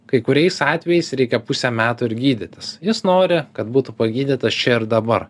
kai kuriais atvejais reikia pusę metų ir gydytis jis nori kad būtų pagydytas čia ir dabar